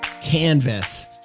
Canvas